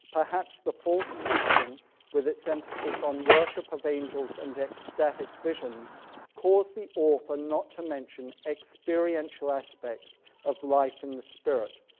perhaps the false teaching with its emphasis on worship of angels and ecstatic visions cause the author not to mention experiential aspects of life in the spirit.